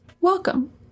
welcome